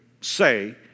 say